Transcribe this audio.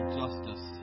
justice